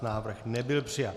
Návrh nebyl přijat.